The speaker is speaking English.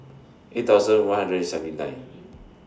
eight thousand one hundred and seventy nine